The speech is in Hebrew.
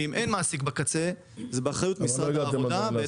אם אין מעסיק בקצה זה באחריות משרד העבודה,